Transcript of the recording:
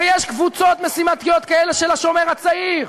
ויש קבוצות משימתיות כאלה של "השומר הצעיר"